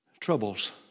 troubles